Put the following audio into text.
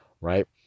Right